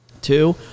Two